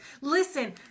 Listen